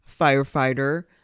firefighter